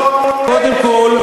קודם כול,